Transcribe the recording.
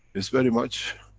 is very much,